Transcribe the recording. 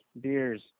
beers